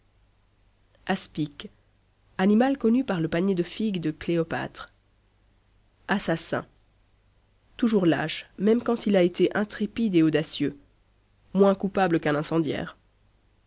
aspic animal connu par le panier de figues de cléopâtre assassin toujours lâche même quand il a été intrépide et audacieux moins coupable qu'un incendiaire